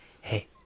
hey